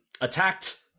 attacked